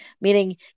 Meaning